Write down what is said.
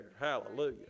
Hallelujah